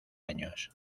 años